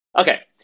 Okay